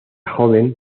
joven